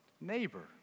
neighbor